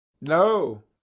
No